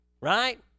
right